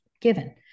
given